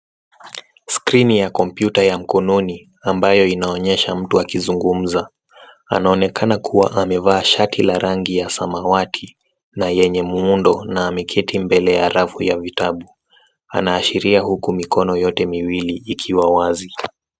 Skirini ya kompyuta ya mkononi ambayo inaonyesha mtu akizungumza, anaonekana kuwa amevaa shati la rangi ya samawati na yenye muundo na ameketi mbele ya rafu ya vitabu anashiria huku mikono yote miwili ikiwa wazi.